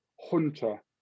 Hunter